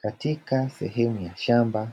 Katika sehemu ya shamba,